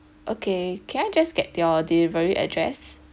okay can I just get your delivery address